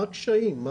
מה הקשיים?